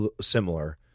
similar